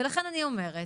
ולכן אני אומרת,